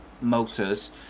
Motors